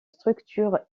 structure